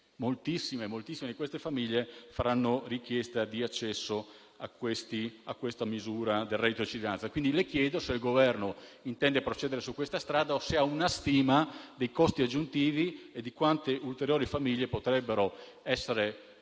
moltissime di queste famiglie faranno richiesta di accesso alla misura del reddito di cittadinanza. Le chiedo, quindi, se il Governo intende procedere su questa strada, se ha una stima dei costi aggiuntivi e di quante ulteriori famiglie potrebbero essere accolte